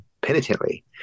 penitently